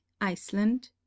Iceland